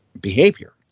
behavior